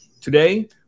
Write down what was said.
Today